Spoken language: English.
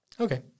Okay